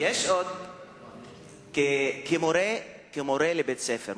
כמורה בבית-ספר,